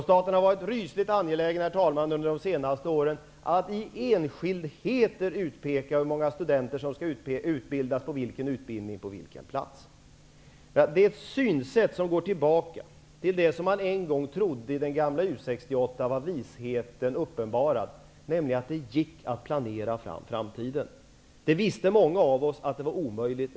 Staten har också, herr talman, under de senaste åren varit rysligt angelägen om att i enskildheter utpeka hur många studenter som skall utbildas och om att utpeka utbildning och plats för utbildning. Det är är ett synsätt som anknyter till det som man en gång i gamla U 68 trodde var visheten uppenbarad, nämligen att det gick att planera fram framtiden. Redan då visste många av oss att det var en omöjlighet.